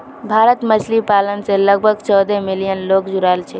भारतत मछली पालन स लगभग चौदह मिलियन लोग जुड़ाल छेक